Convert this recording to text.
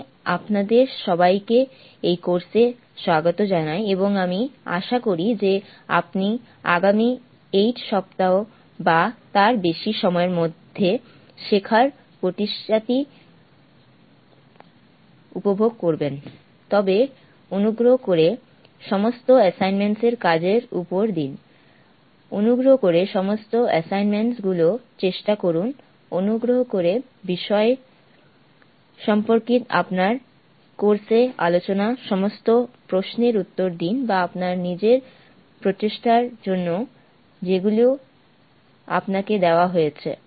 আমি আপনাদের সবাইকে এই কোর্স এ স্বাগত জানাই এবং আমি আশা করি যে আপনি আগামী 8 সপ্তাহ বা তার বেশি সময়ের মধ্যে শেখার প্রক্রিয়াটি উপভোগ করবেন তবে অনুগ্রহ করে সমস্ত অ্যাসাইনমেন্ট এর কাজের উত্তর দিন অনুগ্রহ করে সমস্ত অ্যাসাইনমেন্ট গুলো চেষ্টা করুন অনুগ্রহ করে বিষয় সম্পর্কিত আপনার ক্লাসে আলোচিত সমস্ত প্রশ্নের উত্তর দিন বা আপনার নিজের প্রচেষ্টার জন্য যেগুলো আপনাকে দেওয়া হয়েছে